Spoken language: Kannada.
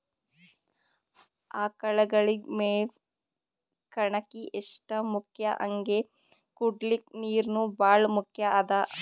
ಆಕಳಗಳಿಗ್ ಮೇವ್ ಕಣಕಿ ಎಷ್ಟ್ ಮುಖ್ಯ ಹಂಗೆ ಕುಡ್ಲಿಕ್ ನೀರ್ನೂ ಭಾಳ್ ಮುಖ್ಯ ಅದಾ